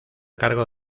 cargo